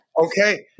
Okay